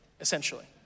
essentially